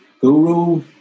Guru